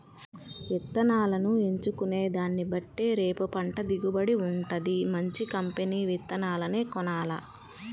ఇత్తనాలను ఎంచుకునే దాన్నిబట్టే రేపు పంట దిగుబడి వుంటది, మంచి కంపెనీ విత్తనాలనే కొనాల